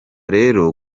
rero